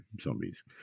zombies